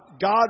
God